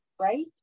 right